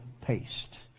paste